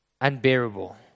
unbearable